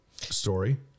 story